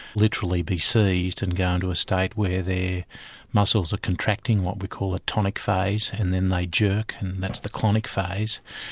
literally be seized and go into a state where their muscles are contracting, what we call a tonic phase, and then they jerk and that's the clonic phase.